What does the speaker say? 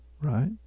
Right